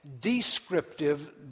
descriptive